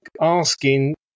asking